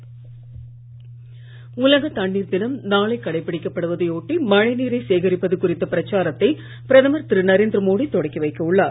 மோடி உலக தண்ணீர் தினம் நாளை கடைபிடிக்கப்படுவதை ஒட்டி மழை நீரை சேகரிப்பது குறித்த பிரச்சாரத்தை பிரதமர் திரு நரேந்திர மோடி தொடக்கி வைக்க உள்ளார்